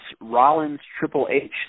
Rollins-Triple-H